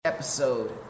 episode